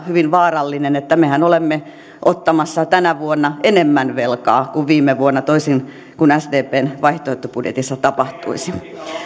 hyvin vaarallinen että mehän olemme ottamassa tänä vuonna enemmän velkaa kuin viime vuonna toisin kuin sdpn vaihtoehtobudjetissa tapahtuisi